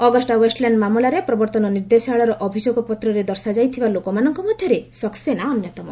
Agusta Westland ମାମଲାରେ ପ୍ରବର୍ତ୍ତନ ନିର୍ଦ୍ଦେଶାଳୟର ଅଭିଯୋଗପତ୍ରରେ ଦର୍ଶାଯାଇଥିବା ଲୋକମାନଙ୍କ ମଧ୍ୟରେ ସକ୍ସେନା ଅନ୍ୟତମ